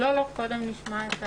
לא, קודם נשמע.